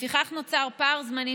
לפיכך, נוצר פער זמנים